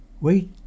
Wait